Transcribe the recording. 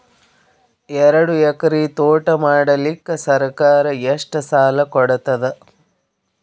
ಎರಡು ಎಕರಿ ತೋಟ ಮಾಡಲಿಕ್ಕ ಸರ್ಕಾರ ಎಷ್ಟ ಸಾಲ ಕೊಡತದ?